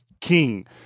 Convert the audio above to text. king